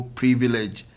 privilege